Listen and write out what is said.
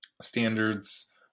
standards